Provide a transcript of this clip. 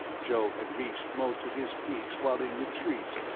joe had reached most of his peaks while in retreat,